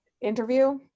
interview